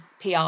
PR